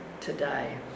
today